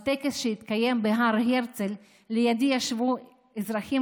בטקס שהתקיים בהר הרצל ישבו לידי אזרחים